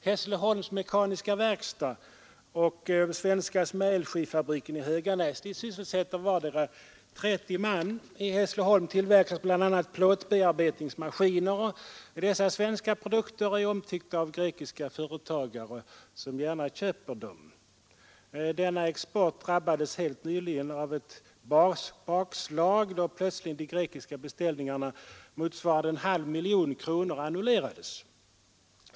Hässleholms Mekaniska Aktiebolag och Svenska Smergelskiffabriken i Höganäs syssel sätter vardera 30 man. I Hässleholm tillverkas bl.a. plåtbearbetningsmaskiner. Dessa svenska produkter är omtyckta av grekiska företagare, som gärna köper dem. Denna export drabbades helt nyligen av ett bakslag, då de grekiska beställningarna, motsvarande en halv miljon kronor, plötsligt annulerades.